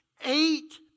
eight